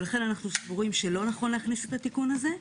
לכן אנחנו סבורים שלא נכון להכניס את התיקון הזה.